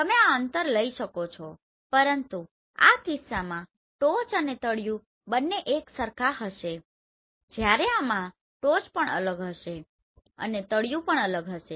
અને તમે આ અંતર લઈ શકો છો પરંતુ આ કિસ્સામાં ટોચ અને તળિયું બંને એકસરખા હશે જ્યારે આમાં ટોચ પણ અલગ હશે અને તળિયું પણ અલગ હશે